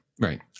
right